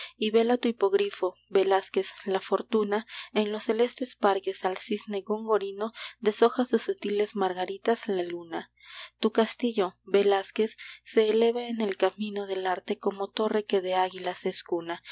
y vela tu hipogrifo velázquez la fortuna en los celestes parques al cisne gongorino deshoja sus sutiles margaritas la luna tu castillo velázquez se eleva en el camino del arte como torre que de águilas es cuna